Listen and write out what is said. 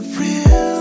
real